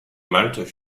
malte